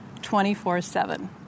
24-7